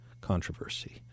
controversy